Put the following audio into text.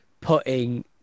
putting